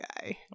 guy